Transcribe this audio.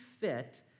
fit